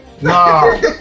No